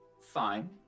fine